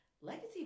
legacy